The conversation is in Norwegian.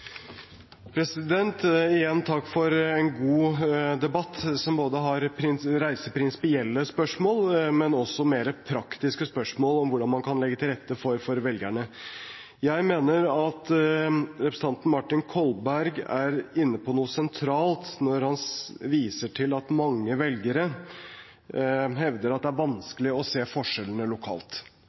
Igjen takk for en god debatt, som reiser både prinsipielle spørsmål og mer praktiske spørsmål om hvordan man kan legge til rette for velgerne. Jeg mener at representanten Martin Kolberg er inne på noe sentralt når han viser til at mange velgere hevder at det er vanskelig å se forskjellene lokalt.